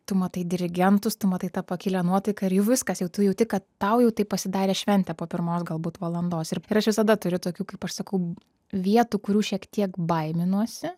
tu matai dirigentus tu matai tą pakilią nuotaiką ir jau viskas jau tu jauti kad tau jau tai pasidarė šventė po pirmos galbūt valandos ir ir aš visada turiu tokių kaip aš sakau vietų kurių šiek tiek baiminuosi